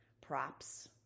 Props